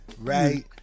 right